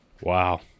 Wow